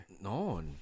No